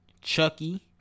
Chucky